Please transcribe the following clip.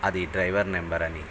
అది driver number అని